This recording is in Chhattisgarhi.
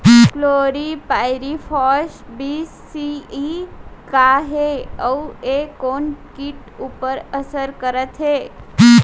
क्लोरीपाइरीफॉस बीस सी.ई का हे अऊ ए कोन किट ऊपर असर करथे?